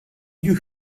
you